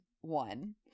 one